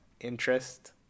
interest